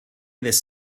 this